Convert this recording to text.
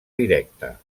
directa